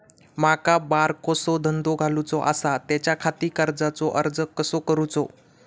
माका बारकोसो धंदो घालुचो आसा त्याच्याखाती कर्जाचो अर्ज कसो करूचो?